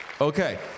Okay